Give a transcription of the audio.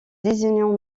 désignant